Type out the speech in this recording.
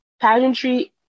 Pageantry